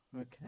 okay